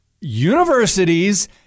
universities